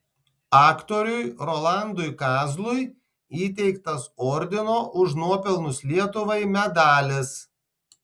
aktoriui rolandui kazlui įteiktas ordino už nuopelnus lietuvai medalis